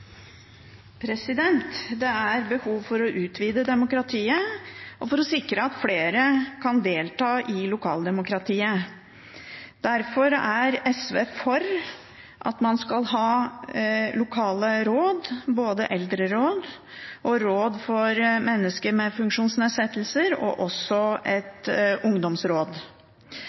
behov for å utvide demokratiet og for å sikre at flere kan delta i lokaldemokratiet. Derfor er SV for at man skal ha lokale råd, både eldreråd, råd for mennesker med funksjonsnedsettelser og også ungdomsråd.